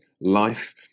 life